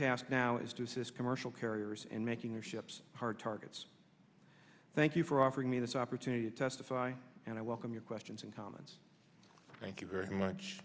task now is to assist commercial carriers in making their ships hard targets thank you for offering me this opportunity to testify and i welcome your questions and comments thank you very much